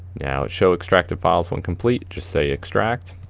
now show extracted files when complete, just say extract.